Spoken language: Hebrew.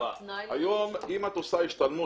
היום אם את עושה השתלמות,